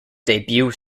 debut